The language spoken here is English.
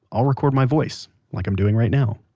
i'll record my voice, like i'm doing right now,